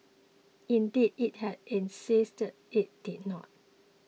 indeed it had insisted it did not